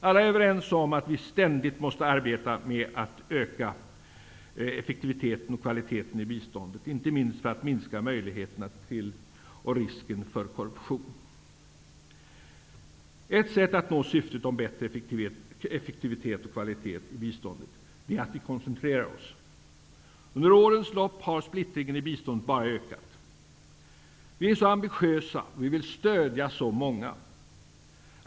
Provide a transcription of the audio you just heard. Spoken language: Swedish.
Alla är överens om att vi ständigt måste arbeta med att öka effektiviteten och kvaliteten i biståndet, inte minst för att minska möjligheterna till och riskerna för korruption. Ett sätt att nå syftet är att vi koncentrerar oss. Under årens lopp har splittringen i biståndet bara ökat. Vi är så ambitiösa, och vi vill stödja så många.